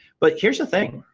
but here's a thing.